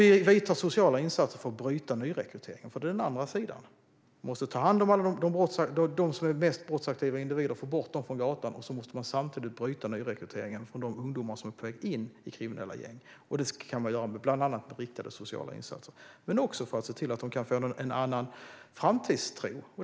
Vi vidtar även sociala insatser för att bryta nyrekryteringen, för det är ju den andra sidan. Vi måste ha hand om de mest brottsaktiva individerna och få bort dem från gatan, och samtidigt måste vi bryta nyrekryteringen av de ungdomar som är på väg in i kriminella gäng. Det kan man göra med bland annat riktade sociala insatser, men också genom att se till att de kan få en framtidstro.